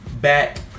back